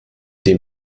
den